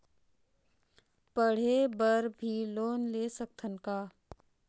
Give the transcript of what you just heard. पढ़े बर भी लोन ले सकत हन का?